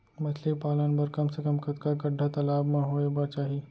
मछली पालन बर कम से कम कतका गड्डा तालाब म होये बर चाही?